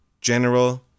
general